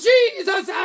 Jesus